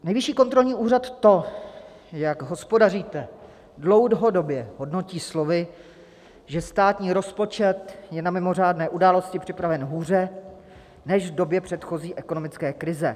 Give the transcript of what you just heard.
Nejvyšší kontrolní úřad to, jak hospodaříte, dlouhodobě hodnotí slovy, že státní rozpočet je na mimořádné události připraven hůře než v době předchozí ekonomické krize.